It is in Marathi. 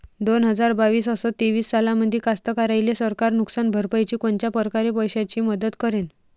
दोन हजार बावीस अस तेवीस सालामंदी कास्तकाराइले सरकार नुकसान भरपाईची कोनच्या परकारे पैशाची मदत करेन?